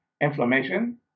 inflammation